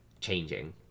changing